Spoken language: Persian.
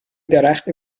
درخت